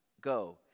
Go